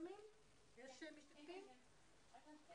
אני פותח את הישיבה,